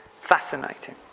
Fascinating